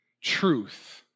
truth